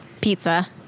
Pizza